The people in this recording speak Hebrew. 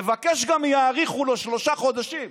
מבקש שיאריכו לו בשלושה חודשים,